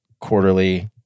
quarterly